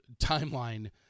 timeline